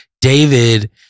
David